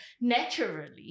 naturally